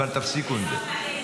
אבל תפסיקו עם זה.